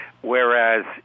Whereas